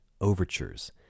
overtures